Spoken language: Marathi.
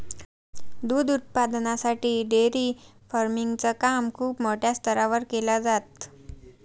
दूध उत्पादनासाठी डेअरी फार्मिंग च काम खूप मोठ्या स्तरावर केल जात